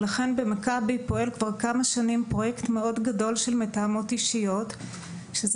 במכבי פועל כבר כמה שנים פרויקט מאוד גדול של מתאמות אישיות - מדובר